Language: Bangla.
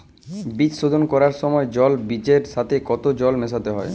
বীজ শোধন করার সময় জল বীজের সাথে কতো জল মেশাতে হবে?